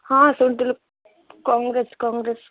ହଁ ଶୁଣୁଥିଲି କଂଗ୍ରେସ କଂଗ୍ରେସ